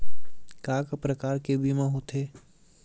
का का प्रकार के बीमा होथे?